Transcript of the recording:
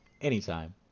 anytime